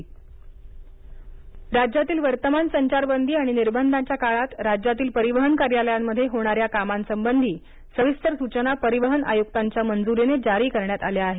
RTO कार्यालय राज्यातील वर्तमान संचारबंदी आणि निर्बंधाच्या काळात राज्यातील परिवहन कार्यालयांमध्ये होणाऱ्या कामासंबंधी सविस्तर सुचना परिवहन आयुक्तांच्या मंजुरीने जारी करण्यात आल्या आहेत